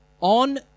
on